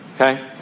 okay